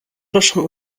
proszę